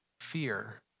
Fear